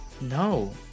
No